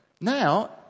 Now